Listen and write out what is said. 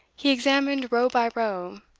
he examined row by row,